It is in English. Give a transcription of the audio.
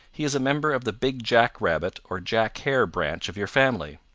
he is a member of the big jack rabbit or jack hare branch of your family.